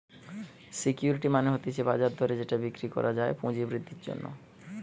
security মানে হতিছে বাজার দরে যেটা বিক্রি করা যায় পুঁজি বৃদ্ধির জন্যে